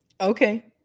Okay